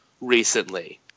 recently